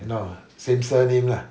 you know same surname lah